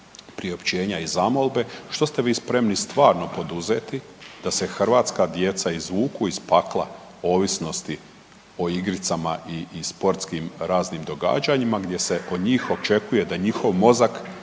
priopćenja i zamolbe? Što ste vi spremni stvarno poduzeti da se hrvatska djeca izvuku iz pakla ovisnosti o igricama i sportskim raznim događanjima gdje se kod njih očekuje da njihov mozak